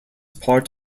part